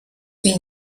ils